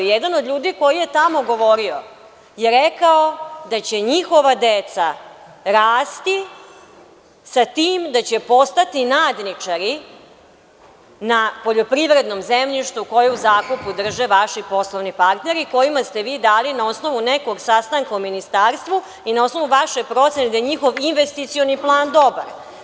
Jedan od ljudi koji je tamo govorio je rekao da će njihova deca rasti sa tim da će postati nadničari na poljoprivrednom zemljištu koje je u zakupu drže vaši poslovni partneri, a kojima ste vi dali na osnovu nekog sastanka u Ministarstvu i na osnovu vaše procene da je njihov investicioni plan dobar.